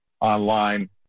online